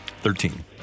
Thirteen